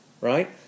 right